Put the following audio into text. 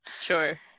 sure